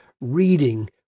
reading